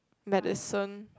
medicine